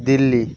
Delhi